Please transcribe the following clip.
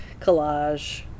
collage